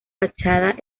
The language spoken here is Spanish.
fachada